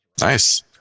Nice